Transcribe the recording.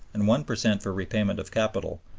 and one per cent for repayment of capital,